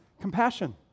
compassion